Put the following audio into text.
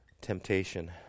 temptation